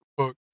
fuck